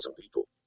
people